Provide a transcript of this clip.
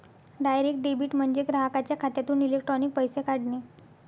direct debit म्हणजे ग्राहकाच्या खात्यातून इलेक्ट्रॉनिक पैसे काढणे